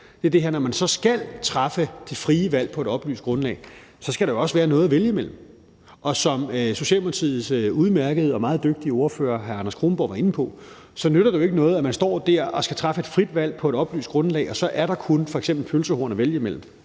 – er det her med, at når man skal træffe frie valg på et oplyst grundlag, så skal der jo også være noget at vælge imellem. Og som Socialdemokratiets udmærkede og meget dygtige ordfører, hr. Anders Kronborg, var inde på, så nytter det jo ikke noget, når man står der og skal træffe et frit valg på et oplyst grundlag, at man så kun kan vælge f.eks. pølsehorn. Det duer